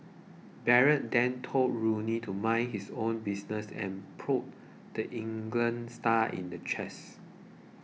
Barrett then told Rooney to mind his own business and prodded the England star in the chest